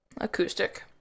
Acoustic